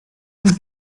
und